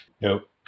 Nope